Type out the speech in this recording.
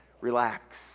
relax